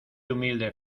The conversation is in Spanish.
humilde